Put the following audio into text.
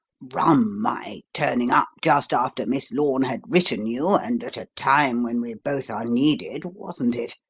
rum, my turning up just after miss lorne had written you and at a time when we both are needed, wasn't it?